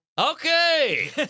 Okay